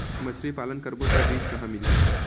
मछरी पालन करबो त बीज कहां मिलही?